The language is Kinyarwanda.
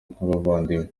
nk’abavandimwe